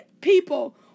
people